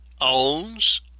owns